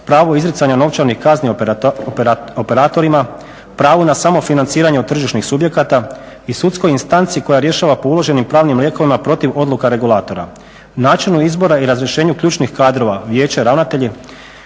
pravu izricanja novčanih kazni operatorima, pravu na samofinanciranje od tržišnih subjekata i sudskoj instanci koja rješava po uloženim pravnim lijekovima protiv odluka regulatora, načinu izbora i razrješenju ključnih kadrova Vijeća ravnatelja.